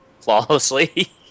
flawlessly